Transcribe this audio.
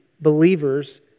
believers